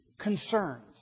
concerns